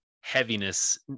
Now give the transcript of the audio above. heaviness